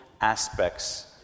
aspects